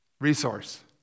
resource